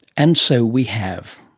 and so we have.